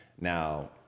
Now